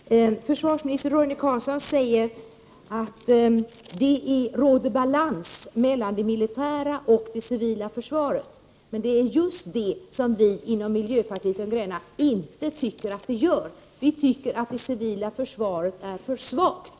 Fru talman! Försvarsminister Roine Carlsson säger att det råder balans mellan det civila och det militära försvaret. Vi inom miljöpartiet de gröna tycker inte att det gör det. Vi tycker att det civila försvaret är för svagt.